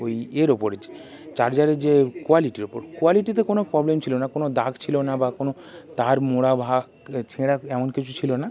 ওই এর ওপর চার্জারের যে কোয়ালিটির ওপর কোয়ালিটিতে কোনো প্রবলেম ছিলো না কোনো দাগ ছিলো না বা কোনো তার মোড়া ভাঁজ ছেঁড়া এমন কিছু ছিলো না